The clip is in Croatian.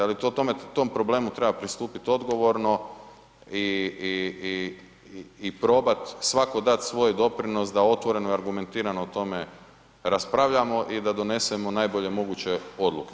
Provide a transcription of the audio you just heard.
Ali tom problemu treba pristupit odgovorno i probat svatko dati svoj doprinos da otvoreno i argumentirano o tome raspravljamo i da donesemo najbolje moguće odluke.